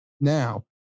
Now